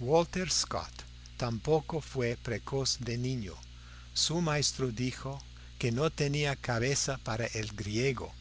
walter scott tampoco fue precoz de niño su maestro dijo que no tenía cabeza para el griego